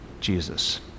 Jesus